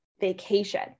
vacation